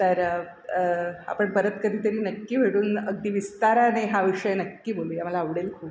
तर आपण परत कधी तरी नक्की भेटून अगदी विस्ताराने हा विषय नक्की बोलूया मला आवडेल खूप